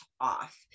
off